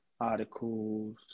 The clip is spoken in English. articles